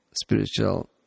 spiritual